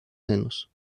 senos